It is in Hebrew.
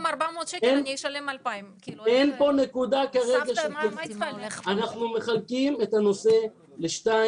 במקום 400 שקל אני אשלם 2,000. אנחנו מחלקים את הנושא לשניים,